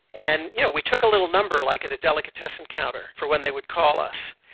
and you know we took a little number like at a delicatessen counter for when they would call us.